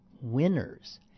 winners